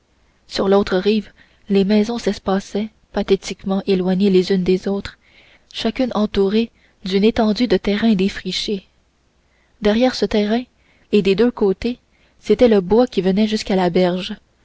sur l'autre rive les maisons s'espaçaient pathétiquement éloignées les unes des autres chacune entourée d'une étendue de terrain défriché derrière ce terrain et des deux côtés c'était le bois qui venait jusqu'à la berge